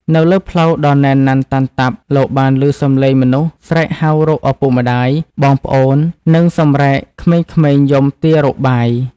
នៅលើផ្លូវដ៏ណែនណាន់តាន់តាប់ លោកបានឮសំឡេងមនុស្សស្រែកហៅរកឪពុកម្តាយ បងប្អូន និងសម្រែកក្មេងៗយំទាររកបាយ។